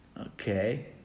okay